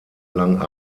lang